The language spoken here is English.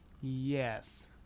yes